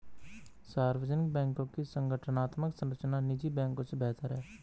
सार्वजनिक बैंकों की संगठनात्मक संरचना निजी बैंकों से बेहतर है